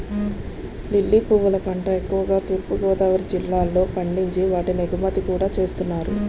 lily పువ్వుల పంట ఎక్కువుగా తూర్పు గోదావరి జిల్లాలో పండించి వాటిని ఎగుమతి కూడా చేస్తున్నారు